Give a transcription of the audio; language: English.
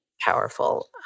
powerful